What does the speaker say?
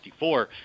1964